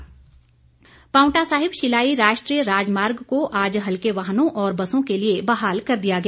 highway Paonta Sahib Shillai राष्ट्रीय राजमार्ग को आज हल्के वाहनों और बसों के लिए बहाल कर दिया गया